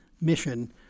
mission